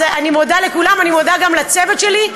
אני מודה לכולם, אני מודה גם לצוות שלי,